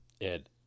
Ed